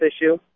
issue